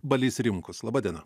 balys rimkus laba diena